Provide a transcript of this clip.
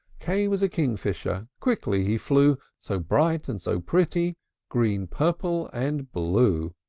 k was a kingfisher quickly he flew, so bright and so pretty green, purple, and blue.